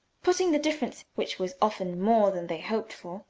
putting the difference, which was often more than they hoped for,